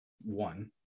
One